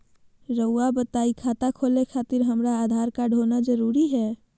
रउआ बताई खाता खोले खातिर हमरा आधार कार्ड होना जरूरी है?